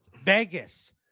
Vegas